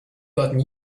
gotten